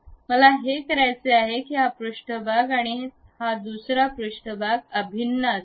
मला हे करायचे आहे की हा पृष्ठभाग आणि हा पृष्ठभाग अभिन्न असावा